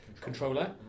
Controller